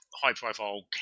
high-profile